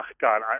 God